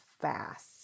fast